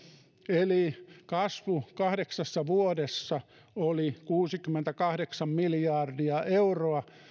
eli kasvu kahdeksassa vuodessa oli kuusikymmentäkahdeksan miljardia euroa siis